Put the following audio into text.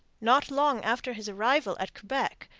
not long after his arrival at quebec,